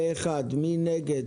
מי נגד?